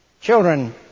Children